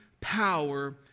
power